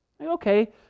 Okay